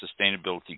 sustainability